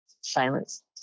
silence